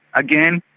again,